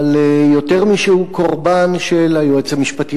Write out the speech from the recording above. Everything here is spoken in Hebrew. אבל יותר משהוא קורבן של היועץ המשפטי